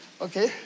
Okay